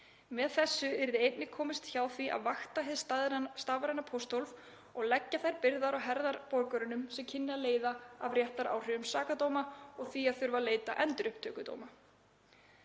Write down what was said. Með þessu yrði einnig komist hjá því að vakta hið stafræna pósthólf og leggja þær byrðar á herðar borgurunum sem kynni að leiða af réttaráhrifum sakadóma og því að þurfa að leita endurupptöku dóma.